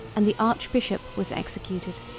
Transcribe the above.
and the archbishop was executed.